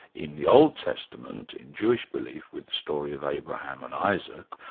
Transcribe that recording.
in the old testament, in jewish belief with the story of abraham and isaac,